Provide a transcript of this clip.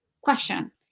question